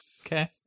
Okay